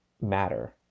matter